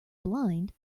blind